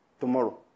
tomorrow